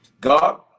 God